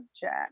Jack